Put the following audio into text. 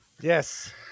yes